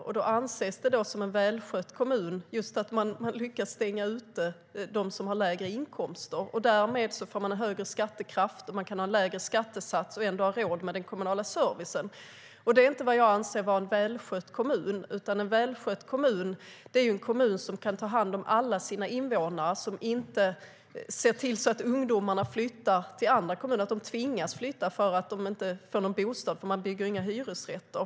Med en välskött kommun menar man att kommunen har lyckats stänga ute dem som har lägre inkomster. Därmed får kommunen en högre skattekraft. Man kan ha lägre skattesats och ändå ha råd med den kommunala servicen. Det är inte vad jag anser vara en välskött kommun. En välskött kommun är en kommun som kan ta hand om alla sina invånare och som ser till att ungdomar inte tvingas flytta till andra kommuner för att de inte får någon bostad eftersom hemkommunen inte bygger några hyresrätter.